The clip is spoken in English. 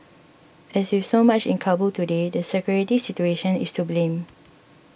as with so much in Kabul today the security situation is to blame